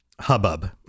hubbub